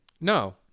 no